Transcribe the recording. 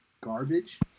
garbage